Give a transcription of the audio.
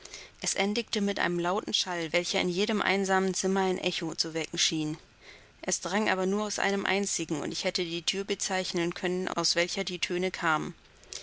es endigte mit lautem schall welcher in jedem einsamen zimmer ein echo zu wecken schien es drang aber nur aus einem einzigen und ich hätte die thür bezeichnen können aus welcher die töne kamen